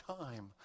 time